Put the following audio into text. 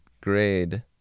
grade